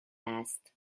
است